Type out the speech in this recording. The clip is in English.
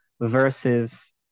versus